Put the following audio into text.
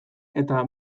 eta